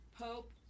Pope